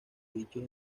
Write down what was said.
dichos